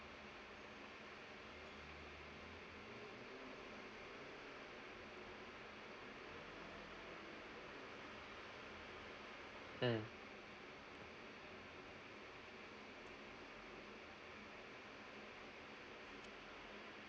mm